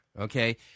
Okay